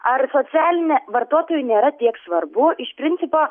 ar socialinė vartotojui nėra tiek svarbu iš principo